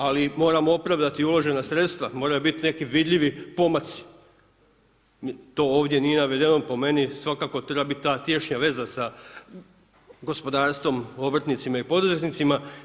Ali moramo opravdati i uložena sredstva, mora biti neki vidljivi pomaci, to ovdje nije navedeno, po meni svakako treba biti ta tješnja veza sa gospodarstvom, obrtnicima i poduzetnicima.